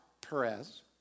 Perez